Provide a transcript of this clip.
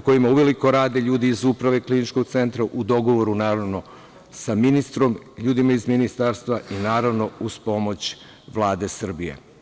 kojima uveliko rade ljudi iz uprave Kliničkog centra, u dogovoru naravno, sa ministrom, ljudima iz ministarstva i naravno, uz pomoć Vlade Srbije.